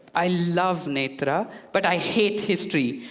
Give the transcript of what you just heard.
i love netra, but i hate history.